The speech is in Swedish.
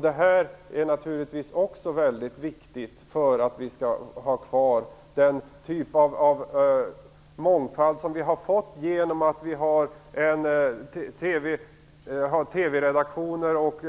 Det är naturligtvis också väldigt viktigt för att vi skall ha kvar den typ av mångfald som vi har fått genom att vi har TV-redaktioner och